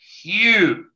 huge